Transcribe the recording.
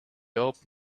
open